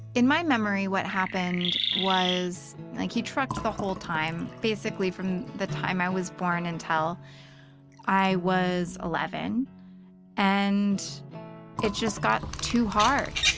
in my memory what happened was like he trucked the whole time basically from the time i was born and until i was eleven and it just got too hard.